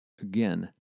again